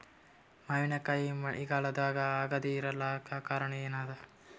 ಮಾವಿನಕಾಯಿ ಮಳಿಗಾಲದಾಗ ಆಗದೆ ಇರಲಾಕ ಕಾರಣ ಏನದ?